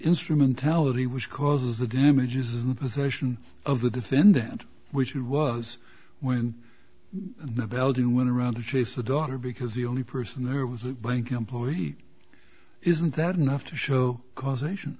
instrumentality which causes the damages position of the defendant which it was when the belgian went around to chase the daughter because the only person there was a bank employee isn't that enough to show causation